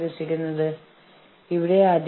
ഞങ്ങൾ വിലപേശുന്ന ചില വിഷയങ്ങൾ